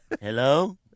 Hello